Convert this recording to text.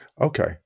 Okay